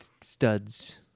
studs